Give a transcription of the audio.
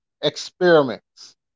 experiments